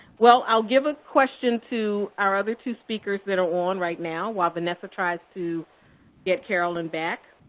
well, i'll give a question to our other two speakers that are on right now, while vanessa tries to get carolyn back.